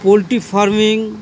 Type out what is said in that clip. poultry farming